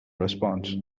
response